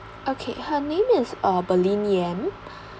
okay her name is uh pearlyn yam